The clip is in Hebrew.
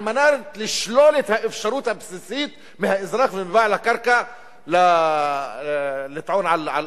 על מנת לשלול את האפשרות הבסיסית מהאזרח ומבעל הקרקע לטעון על אדמתו.